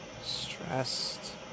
stressed